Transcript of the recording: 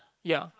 ya